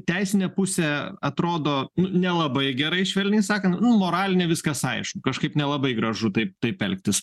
teisinė pusė atrodo nu nelabai gerai švelniai sakant nu moralinė viskas aišku kažkaip nelabai gražu taip taip elgtis